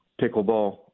pickleball